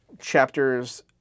chapters